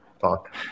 talk